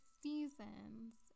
seasons